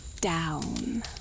down